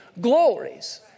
glories